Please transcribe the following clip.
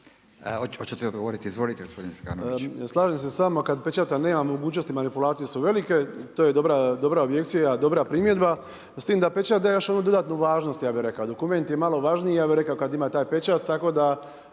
Slažem se s vama kad pečata nema mogućnosti manipulacije su velike, to je dobra … dobra primjedba s tim da pečat daje još onu dodatnu važnost ja bi rekao. Dokument je malo važniji kada ima taj pečat tako da